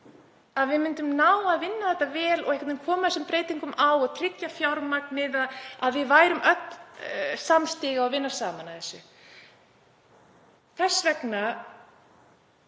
að við myndum ná að vinna þetta vel og koma þessum breytingum á og tryggja fjármagnið. Að við værum öll samstiga og ynnum saman að því. Þess vegna